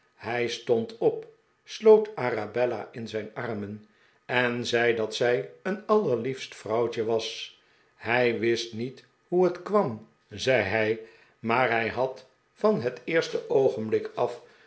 hij stond op sloot arabella in zijn armen en zei dat zij een allerliefst vrouwtje was hij wist niet hoe het kwam zei hij maar hij had van het eerste oogenblik af